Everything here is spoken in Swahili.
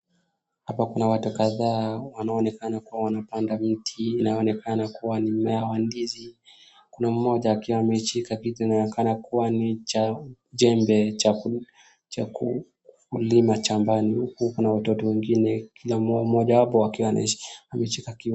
Hapa kuna watu kadhaa wanao onekana wanapanda miti inao onekana kuwa ni ndizi. Kuna mmoja anayeonekana akiwa na jembe cha kulima shambani huku kuna watoto wengine kila mmoja wao ameshika kiuno.